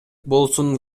болсун